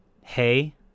hey